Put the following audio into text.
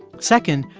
second,